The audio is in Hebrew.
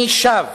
אני שב